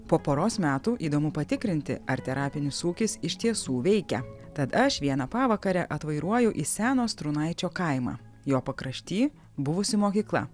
po poros metų įdomu patikrinti ar terapinis ūkis iš tiesų veikia tad aš vieną pavakarę atvairuoju į seno strūnaičio kaimą jo pakrašty buvusi mokykla